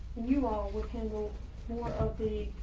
new all weekend will sort of be